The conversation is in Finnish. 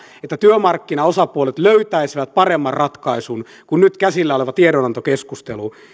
että työmarkkinaosapuolet löytäisivät paremman ratkaisun kuin nyt käsillä oleva tiedonantokeskustelu